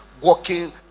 working